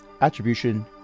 attribution